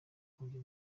kongera